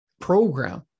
program